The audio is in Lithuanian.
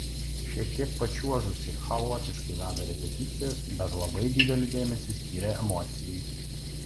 šiek tiek pačiuožusi chaotiškai veda repeticijas bet labai didelį dėmesį skiria emocijai